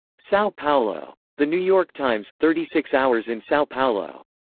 sao paulo. the new york times, thirty six hours in sao paulo.